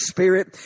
Spirit